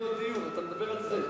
9,000 יחידות דיור, אתה מדבר על זה.